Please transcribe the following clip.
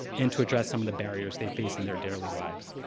and to address some of the barriers they face in their daily lives.